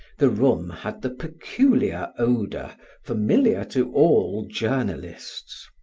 the room had the peculiar odor familiar to all journalists.